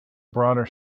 broader